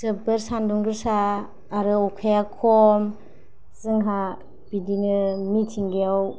जोबोद सानदुं गोसा आरो अखाया खम जोंहा बिदिनो मिथिंगायाव